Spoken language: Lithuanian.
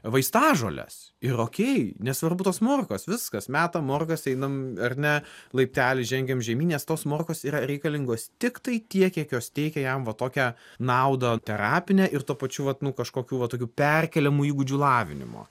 vaistažoles ir okei nesvarbu tos morkos viskas metam morgas einam ar ne laiptelį žengiam žemyn nes tos morkos yra reikalingos tiktai tiek kiek jos teikia jam va tokią naudą terapinę ir tuo pačiu vat nu kažkokių va tokių perkeliamų įgūdžių lavinimo